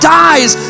dies